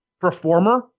performer